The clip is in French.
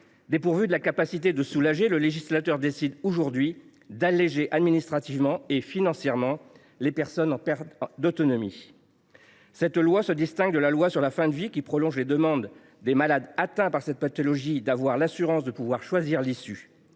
Dépourvu de la capacité de soulager, le législateur décide aujourd’hui d’alléger administrativement et financièrement les personnes en perte d’autonomie. Ce texte se distingue de celui sur la fin de vie, qui prolonge les demandes des malades atteints par cette pathologie d’avoir l’assurance de pouvoir choisir l’issue.